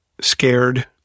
scared